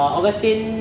Augustine